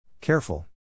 Careful